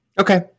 okay